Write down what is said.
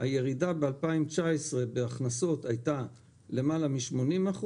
הירידה בהכנסות לעומת 2019 הייתה למעלה מ-80%.